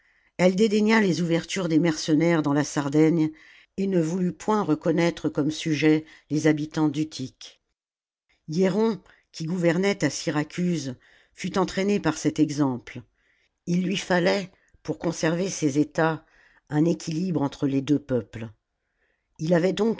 elle dédaigna les ouvertures des mercenaires dais la sardaigne et ne voulut point reconnaître comme sujets les habitants d'utique hiéron qui gouvernait à syracuse fut entraîné par cet exemple ii lui fallait pour conserver ses etats un équilibre entre les deux peuples il avait donc